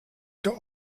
der